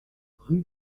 rue